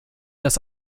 das